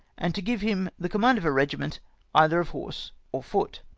and to give him the com mand of a regiment either of horse or foot.